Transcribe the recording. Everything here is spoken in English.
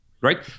right